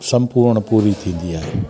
सम्पूर्ण पूरी थींदी आहे